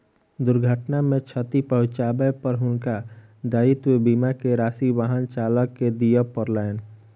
दुर्घटना मे क्षति पहुँचाबै पर हुनका दायित्व बीमा के राशि वाहन चालक के दिअ पड़लैन